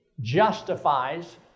justifies